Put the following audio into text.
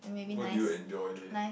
what do you enjoy leh